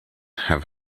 have